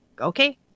okay